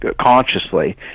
consciously